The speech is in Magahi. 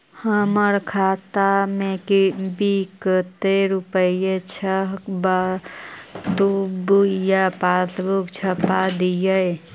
हमर खाता में विकतै रूपया छै बताबू या पासबुक छाप दियो?